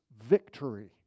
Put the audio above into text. victory